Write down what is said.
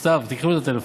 סתיו, תיקחי לו את הטלפון.